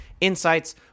insights